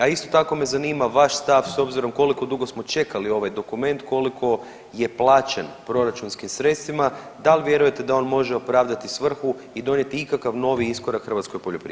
A isto tako me zanima vaš stav s obzirom koliko dugo smo čekali ovaj dokument koliko je plaćen proračunskim sredstvima, dal vjerujete da on može opravdati svrhu i donijeti ikakav novi iskorak hrvatskoj poljoprivredi?